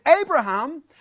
Abraham